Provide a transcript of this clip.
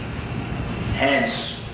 Hence